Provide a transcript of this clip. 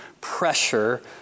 pressure